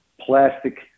plastic